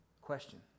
Question